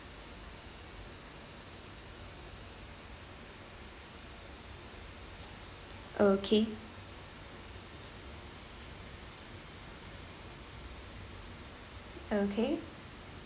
okay okay